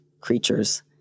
creatures